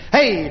Hey